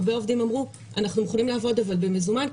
הרבה עובדים אמרו: אנחנו יכולים לעבוד רק במזומן,